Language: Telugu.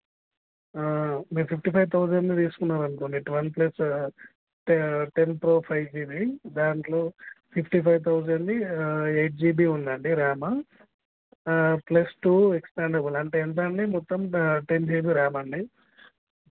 మీరు ఫిఫ్టీ ఫైవ్ థౌసండ్ తీసుకున్నారు అనుకోండి twelve plus ten pro five GB దాంట్లో fifty five thousand eight GB ఉంది అండి ర్యామ్ ప్లస్ టూ ఎక్స్పాండబుల్ అంటే ఎంత అండి మొత్తం టెన్ జీబీ ర్యామ్ అండి